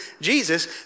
Jesus